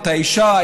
את האישה,